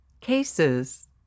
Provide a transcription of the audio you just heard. cases